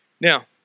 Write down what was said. Now